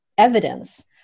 evidence